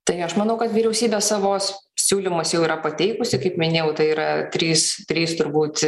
tai aš manau kad vyriausybė savo siūlymus jau yra pateikusi kaip minėjau tai yra trys trys turbūt